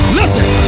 Listen